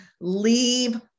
Leave